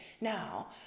Now